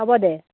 হ'ব দে